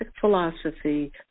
philosophy